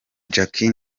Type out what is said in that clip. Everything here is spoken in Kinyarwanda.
jackie